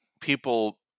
people